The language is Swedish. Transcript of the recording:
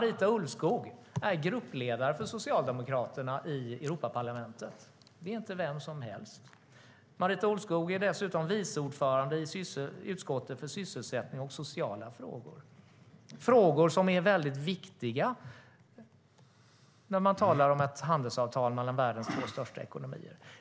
Marita Ulvskog är gruppledare för Socialdemokraterna i Europaparlamentet. Det är inte vem som helst. Hon är dessutom vice ordförande i utskottet för sysselsättning och sociala frågor. Det är frågor som är väldigt viktiga när man talar om ett handelsavtal mellan världens två största ekonomier.